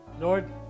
Lord